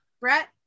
Brett